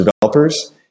developers